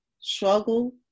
struggle